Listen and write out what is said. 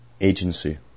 agency